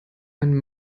einen